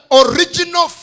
original